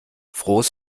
frohes